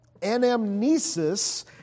Anamnesis